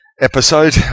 episode